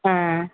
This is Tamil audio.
ஆ ஆ